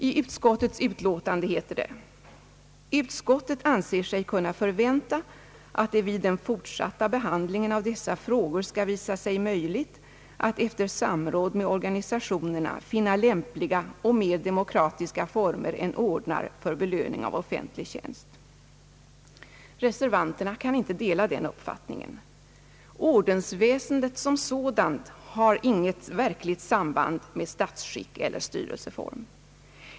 I utskottets utlåtande heter det: »Utskottet anser sig kunna förvänta, att det vid den fortsatta behandlingen av dessa frågor skall visa sig möjligt att efter samråd med organisationerna fizna lämpliga och mer demokratiska former än ordnar som belöning för offentlig tjänst.» Reservanterna kan inte dela den uppfattningen. Ordensväsendet som sådant har inget verkligt samband med statsskick eller styrelseform.